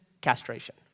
castration